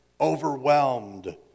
overwhelmed